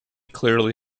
clearly